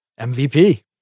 MVP